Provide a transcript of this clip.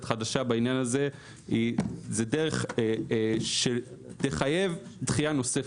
חדשה בעניין הזה היא דרך שתחייב דחייה נוספת.